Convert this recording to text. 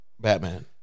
Batman